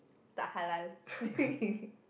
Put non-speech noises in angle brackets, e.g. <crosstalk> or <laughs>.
tak halal <laughs>